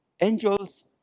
Angels